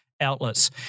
outlets